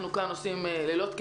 אנחנו כאן עושים לילות כימים,